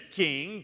KING